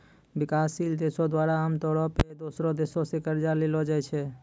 विकासशील देशो द्वारा आमतौरो पे दोसरो देशो से कर्जा लेलो जाय छै